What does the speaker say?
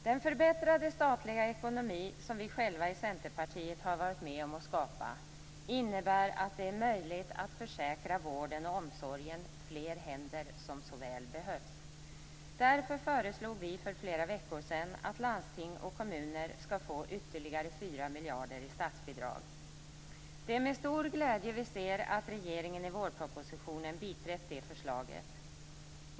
Den förbättrade statliga ekonomi, som vi själva i Centerpartiet har varit med om att skapa, innebär att det är möjligt att försäkra vården och omsorgen fler händer, som så väl behövs. Därför föreslog vi för flera veckor sedan att landsting och kommuner skall få ytterligare 4 miljarder i statsbidrag. Det är med stor glädje vi ser att regeringen i vårpropositionen biträtt det förslaget.